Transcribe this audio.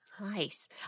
Nice